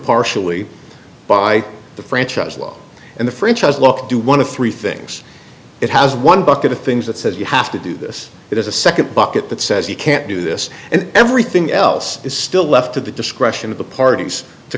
partially by the franchise law and the franchise law do one of three things it has one bucket of things that says you have to do this it has a second bucket that says you can't do this and everything else is still left to the discretion of the parties to